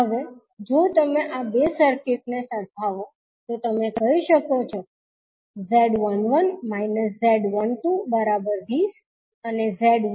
હવે જો તમે આ બે સર્કીટ ને સરખાવો તો તમે કહી શકો છો કે Z11 Z1220 અને Z1240Ω